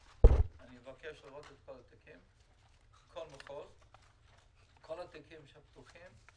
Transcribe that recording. אבקש לראות את כל התיקים בכל מחוז ואדרוש שכל התיקים הפתוחים,